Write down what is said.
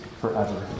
forever